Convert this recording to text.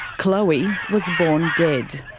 chloe was born dead.